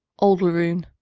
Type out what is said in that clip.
old laroon,